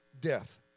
death